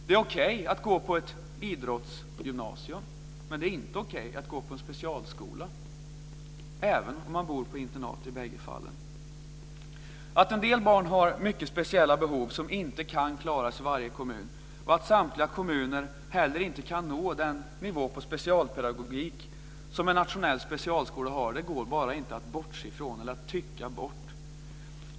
Det är okej att gå på ett idrottsgymnasium, men det är inte okej att gå på en specialskola även om man bor på internat i bägge fallen. Att en del barn har mycket speciella behov som inte kan klaras i varje kommun och att samtliga kommuner heller inte kan nå den nivå på specialpedagogik som en nationell specialskola har går bara inte att bortse från eller att tycka bort.